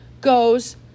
goes